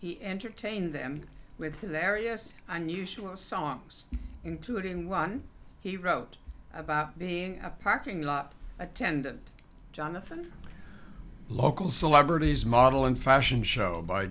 he entertained them with the various i'm usually songs including one he wrote about being a parking lot attendant jonathan local celebrities model in fashion show by